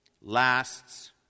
lasts